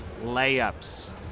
layups